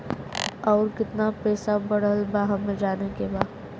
और कितना पैसा बढ़ल बा हमे जाने के बा?